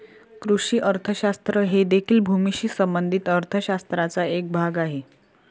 कृषी अर्थशास्त्र हे देखील भूमीशी संबंधित अर्थ शास्त्राचा एक भाग आहे